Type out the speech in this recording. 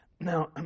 Now